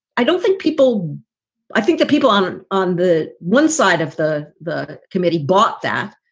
i don't think people i think that people on. on on the one side of the the committee bought that.